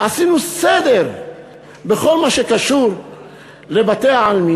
עשינו סדר בכל מה שקשור לבתי-העלמין